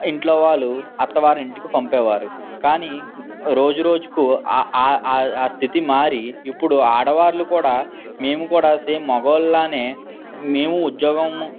ఇంట్లో వాళ్ళు అత్తవారింటికి పంపేవారు కానీ రోజురోజుకు ఆ ఆ స్థితి మారి ఇప్పుడు ఆడవాళ్ళు కూడా మేము కూడా సేమ్ మగవాళ్ళలానే మేము ఉద్యోగం